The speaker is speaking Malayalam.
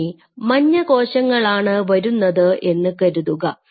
ഇനി മഞ്ഞ കോശങ്ങളാണ് വരുന്നത് എന്ന് കരുതുക